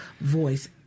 voice